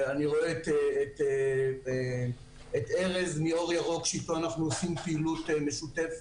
אני רואה את ארז מאור ירוק שאיתו אנחנו עושים פעילות משותפת,